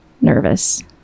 nervous